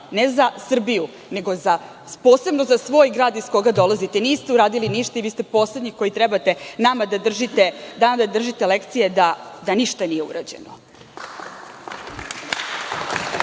ne za Srbiju, nego posebno za svoj grad iz koga dolazite. Niste uradili ništa i vi ste poslednji koji trebate nama da držite lekcije da ništa nije urađeno. Ono